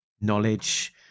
knowledge